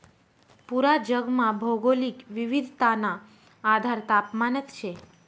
पूरा जगमा भौगोलिक विविधताना आधार तापमानच शे